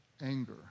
anger